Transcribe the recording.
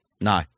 no